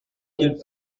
qu’il